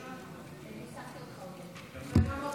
בכסלו התשפ"ד, 20 בנובמבר